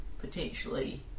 Potentially